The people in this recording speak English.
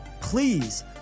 please